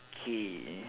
K